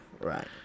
Right